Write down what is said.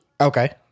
Okay